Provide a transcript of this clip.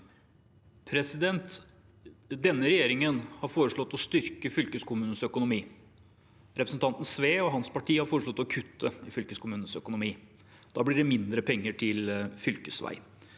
Denne regjer- ingen har foreslått å styrke fylkeskommunenes økonomi. Representanten Sve og hans parti har foreslått å kutte i fylkeskommunenes økonomi. Da blir det mindre penger til fylkesvei.